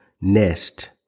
nest